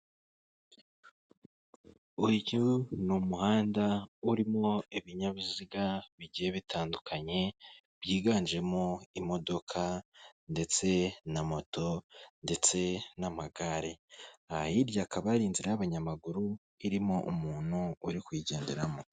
Uyu ni umuhanda urimo ibinyabiziga bigiye bitandukanye byiganjemo imodoka ndetse na moto ndetse n'amagare. Hirya hakaba hari inzira y'abanyamaguru irimo umuntu uri kuyigenderamo.